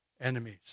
enemies